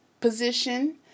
position